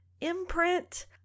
Imprint